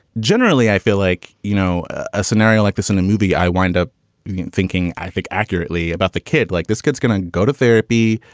generally i feel like, you know, a scenario like this in a movie, i wind up thinking i think accurately about the kid, like this kid's going to go to therapy,